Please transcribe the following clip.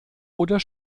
oder